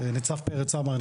ניצב פרץ עמר,